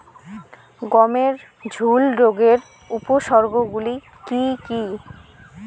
গমের ঝুল রোগের উপসর্গগুলি কী কী?